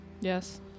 yes